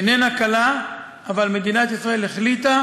איננה קלה, אבל מדינת ישראל החליטה